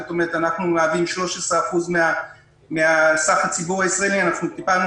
אנחנו מהווים 13% מסך הציבור הישראלי ואנחנו טיפלנו